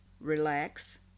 relax